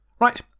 Right